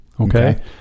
Okay